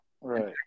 Right